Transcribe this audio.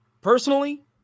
Personally